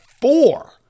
Four